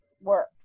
work